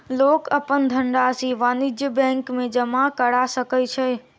लोक अपन धनरशि वाणिज्य बैंक में जमा करा सकै छै